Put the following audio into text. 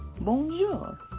Bonjour